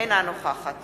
אינה נוכחת